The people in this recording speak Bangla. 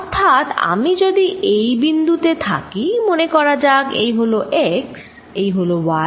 অর্থাৎ আমি যদি এই বিন্দু তে থাকি মনে করা যাক এই হলো x এই হলো y এই হলো z